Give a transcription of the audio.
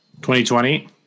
2020